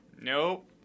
nope